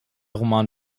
roman